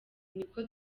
niko